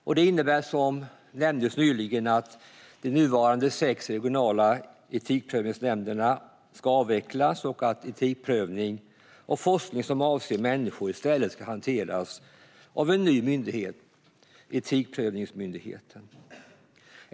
Förslaget innebär, som nyss nämndes, att de nuvarande sex regionala etikprövningsnämnderna ska avvecklas och att etikprövning av forskning som avser människor i stället ska hanteras av en ny myndighet, Etikprövningsmyndigheten.